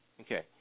Okay